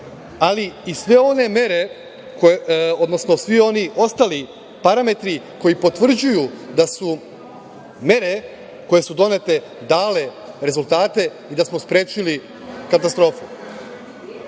ali i sve one mere, odnosno svi oni ostali parametri koji potvrđuju da su mere koje su donete, dale rezultate i da smo sprečili katastrofu.